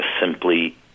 simply